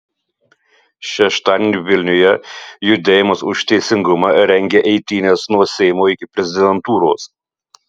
šeštadienį vilniuje judėjimas už teisingumą rengia eitynes nuo seimo iki prezidentūros